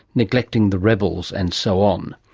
neglecting the rebels and so on.